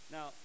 Now